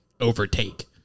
overtake